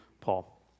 Paul